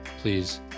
please